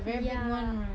ya